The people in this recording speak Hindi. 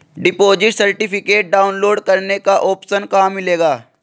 डिपॉजिट सर्टिफिकेट डाउनलोड करने का ऑप्शन कहां मिलेगा?